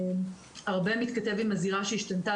הרבה מתכתב עם הזירה שהשתנתה,